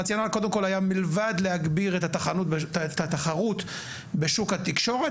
הרציונל היה מלבד להגביר את התחרות בשוק התקשורת,